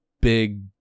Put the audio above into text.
big